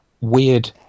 Weird